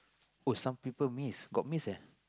oh someone people miss got miss ah